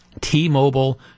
T-Mobile